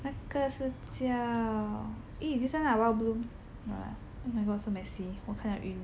那个是叫 eh 等一下 ha wild blooms no lah oh my god so messy 我看到晕